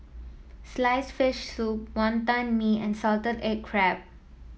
sliced fish soup Wantan Mee and Salted Egg Crab